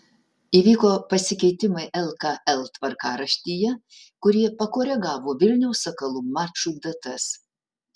įvyko pasikeitimai lkl tvarkaraštyje kurie pakoregavo vilniaus sakalų mačų datas